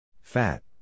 Fat